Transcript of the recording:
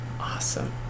Awesome